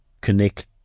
connect